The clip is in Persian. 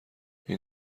این